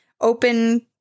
open